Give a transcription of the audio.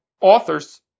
authors